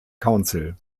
council